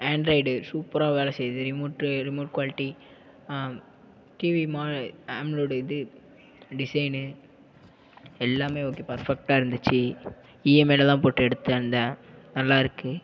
Android சூப்பரா வேலை செய்து ரிமோட்டு ரிமோட் குவாலிட்டி டிவி மா ஆம்லோடு இது டிசைனு எல்லாமே ஓகே பர்ஃபெக்ட்டா இருந்துச்சு இஎம்ஐயில் தான் போட்டு எடுத்துருந்தேன் நல்லாருக்குது